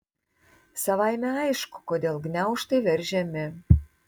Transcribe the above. savaime aišku kodėl gniaužtai veržiami